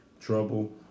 trouble